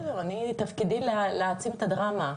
בסדר, אני תפקידי להעצים את הדרמה.